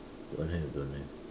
don't have don't have